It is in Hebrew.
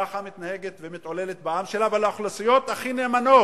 ככה מתנהגת ומתעללת בעם שלה ובאוכלוסיות הכי נאמנות.